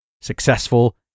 successful